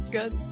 Good